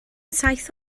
saith